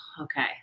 okay